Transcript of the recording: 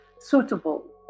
suitable